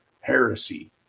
heresy